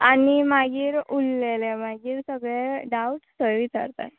आनी मागीर उल्लेले मागीर सगळे डावट थंय विचारता